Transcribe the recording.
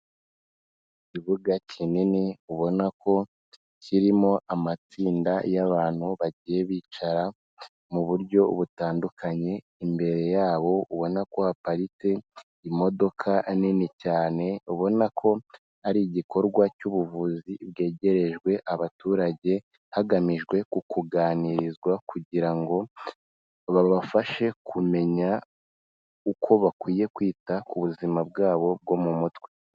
Ikibuga kinini ubona ko kirimo amatsinda y'abantu bagiye bicara mu buryo butandukanye, imbere yabo ubona ko haparitse imodoka nini cyane, ubona ko ari igikorwa cy'ubuvuzi bwegerejwe abaturage hagamijwe kuganirizwa kugira ngo babafashe kumenya uko bakwiye kwita ku buzima bwabo bwo mu mutwe.